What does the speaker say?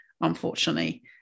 unfortunately